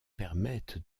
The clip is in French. permettent